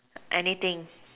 anything